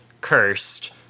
cursed